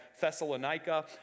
Thessalonica